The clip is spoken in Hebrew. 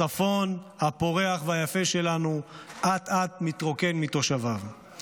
הצפון הפורח והיפה שלנו אט-אט מתרוקן מתושביו.